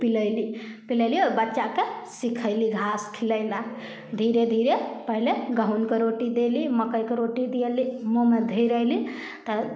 पिलैली पिलैली ओहि बच्चाके सिखैली घास खिलैला धीरे धीरे पहले गहूमके रोटी देली मकइके रोटी दिएली मुँहमे धिरेली तऽ